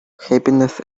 happiness